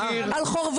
זה חוק פרסונלי,